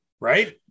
right